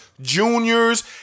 juniors